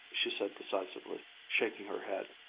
she said decisively, shaking her head.